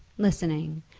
listening,